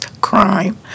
crime